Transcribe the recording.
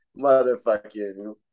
Motherfucking